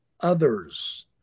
others